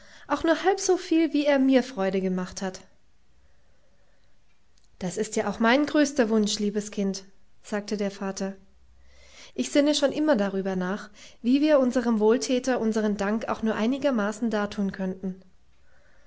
auch nur halb soviel wie er mir freude gemacht hat das ist ja auch mein größter wunsch liebes kind sagte der vater ich sinne schon immer darüber nach wie wir unserem wohltäter unseren dank auch nur einigermaßen dartun könnten